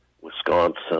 Wisconsin